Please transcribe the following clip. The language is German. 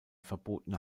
verbotene